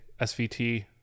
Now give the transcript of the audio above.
SVT